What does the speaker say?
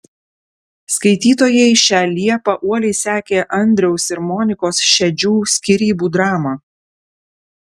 skaitytojai šią liepą uoliai sekė andriaus ir monikos šedžių skyrybų dramą